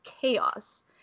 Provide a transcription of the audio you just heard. chaos